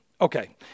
Okay